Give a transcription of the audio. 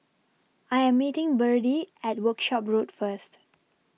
I Am meeting Byrdie At Workshop Road First